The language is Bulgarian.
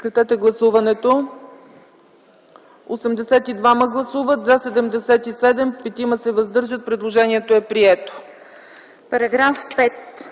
Параграф 5.